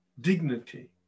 Dignity